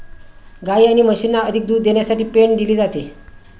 गायी आणि म्हशींना अधिक दूध देण्यासाठी पेंड दिली जाते